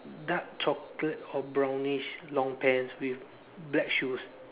dark chocolate or brownish long pants with black shoes